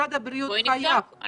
בואי נבדוק.